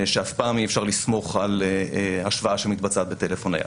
שאף פעם אי אפשר לסמוך על השוואה שמתבצעת בטלפון נייד,